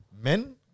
Men